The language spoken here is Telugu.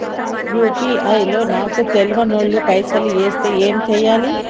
యూ.పీ.ఐ లో నాకు తెల్వనోళ్లు పైసల్ ఎస్తే ఏం చేయాలి?